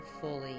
fully